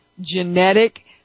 genetic